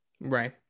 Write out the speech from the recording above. Right